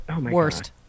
worst